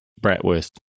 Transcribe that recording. bratwurst